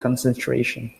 concentration